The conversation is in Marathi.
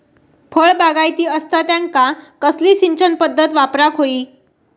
फळबागायती असता त्यांका कसली सिंचन पदधत वापराक होई?